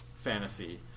fantasy